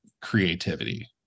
creativity